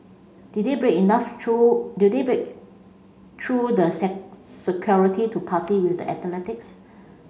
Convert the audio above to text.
did they break enough through did they break through the security to party with the athletics